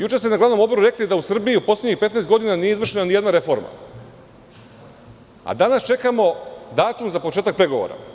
Juče ste na Glavnom odboru rekli da u Srbiji, u poslednjih 15 godina, nije izvršena ni jedna reforma, a danas čekamo datum za početak pregovora.